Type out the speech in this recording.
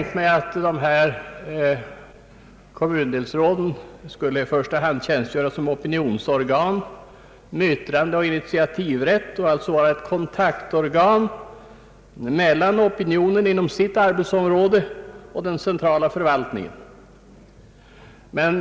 Kommundelsråden skulle i första hand tjänstgöra som opinionsorgan med yttrandeoch initiativrätt och alltså vara kontaktorgan mellan opinionen inom respektive arbetsområde och den centrala förvaltningen.